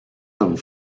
comme